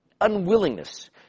unwillingness